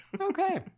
okay